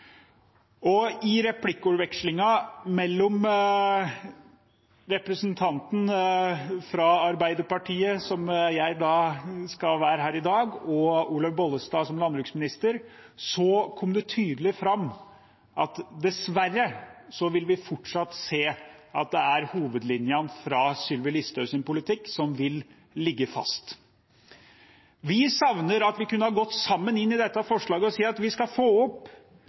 I replikkvekslingen mellom representanten fra Arbeiderpartiet, som jeg skal være her i dag, og Olaug Bollestad som landbruksminister kom det tydelig fram at vi dessverre fortsatt vil se at det er hovedlinjene fra Sylvi Listhaugs politikk som ligger fast. Vi savner at vi kunne ha gått sammen inn i dette forslaget og sagt at vi skal få opp